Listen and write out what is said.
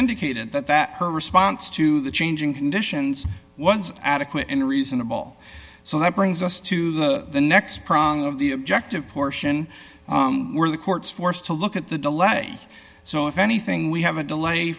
indicated that that her response to the changing conditions was adequate in reasonable so that brings us to the next problem of the objective portion were the courts forced to look at the delay so if anything we have a delay